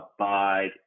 abide